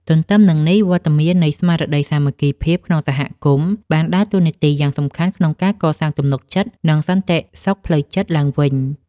ទន្ទឹមនឹងនេះ វត្តមាននៃស្មារតីសាមគ្គីភាពក្នុងសហគមន៍ បានដើរតួយ៉ាងសំខាន់ក្នុងការកសាងទំនុកចិត្ត និងសន្តិសុខផ្លូវចិត្តឡើងវិញ។